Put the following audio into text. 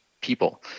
people